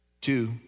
Two